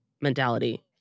mentality